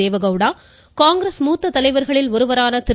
தேவகவுடா காங்கிரஸ் மூத்த தலைவர்களில் ஒருவரான திரு